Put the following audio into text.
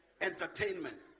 entertainment